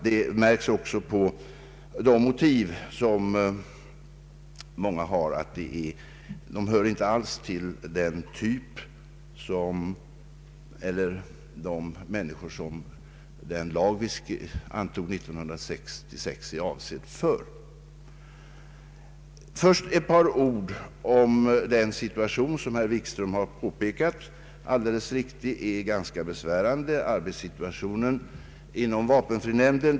Det märks också på de motiv som många av de sökande har att de inte alls hör till de människor som den lag vi antog 1966 är avsedd för. Ett par ord om den situation som herr Wikström alldeles riktigt har betecknat som ganska besvärande, nämligen arbetssituationen inom vapenfrinämnden.